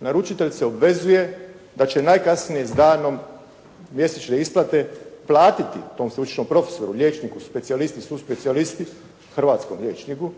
Naručitelj se obvezuje da će najkasnije s danom mjesečne isplate platiti tom sveučilišnom profesoru, liječniku specijalisti, suspecijalisti, hrvatskom liječniku